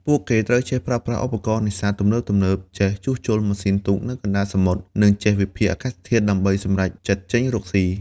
ពួកគេត្រូវចេះប្រើប្រាស់ឧបករណ៍នេសាទទំនើបៗ ចេះជួសជុលម៉ាស៊ីនទូកនៅកណ្ដាលសមុទ្រ និងចេះវិភាគអាកាសធាតុដើម្បីសម្រេចចិត្តចេញរកស៊ី។